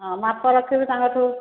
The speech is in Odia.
ହଁ ମାପ ରଖିବି ତାଙ୍କ ଠାରୁ